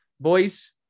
boys